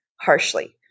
Harshly